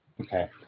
Okay